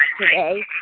today